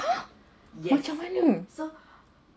!huh! macam mana